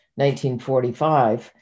1945